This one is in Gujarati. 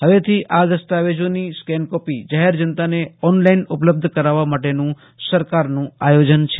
હવેથી આ દસ્તાવેજોની સ્કેન કોપી જાહેર જનતાને ઓનલાઈન અપલબ્ધ કરાવવા અંગેનું સરકારનું આયોજન છે